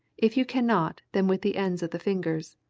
if you cannot, then with the ends of the fingers.